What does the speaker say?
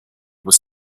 was